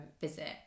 visit